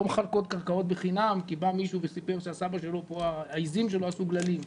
לא מחלקות קרקעות בחינם כי בא מישהו וסיפר שהעיזים שלו כאן עשו גללים,